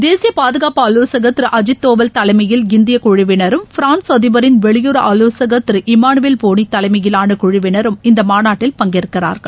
தேசிய பாதுகாப்பு ஆலோசகர் திரு அஜித் தோவல் தலைமையில் இந்திய குழுவினரும் பிரான்ஸ் அதிபரின் வெளியுறவு ஆவோசகர் திரு இமானுவேல் போனி தலைமையிலான குழுவினரும் இந்த மாநாட்டில் பங்கேற்கிறார்கள்